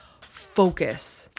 focus